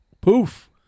Poof